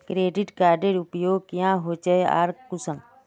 Credit कार्डेर उपयोग क्याँ होचे आर कुंसम?